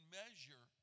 measure